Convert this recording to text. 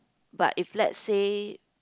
but if let's say